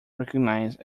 recognised